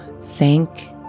thank